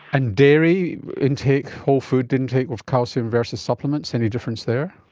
and dairy intake, wholefood intake with calcium versus supplements, any difference there?